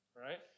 right